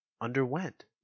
underwent